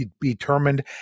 determined